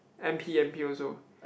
n_p n_p also